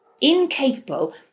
incapable